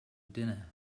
dinner